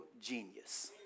genius